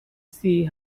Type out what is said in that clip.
see